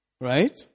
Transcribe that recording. Right